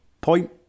point